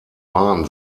bahn